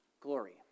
glory